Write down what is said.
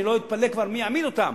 אני לא אתפלא כבר מי יעמיד אותם.